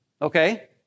Okay